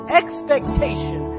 expectation